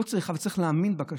אבל צריך להאמין בכשרות.